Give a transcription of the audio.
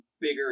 bigger